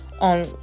on